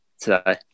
today